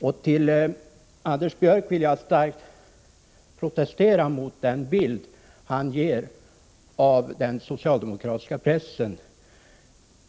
Jag vill starkt protestera mot den bild Anders Björck ger av den socialdemokratiska pressen.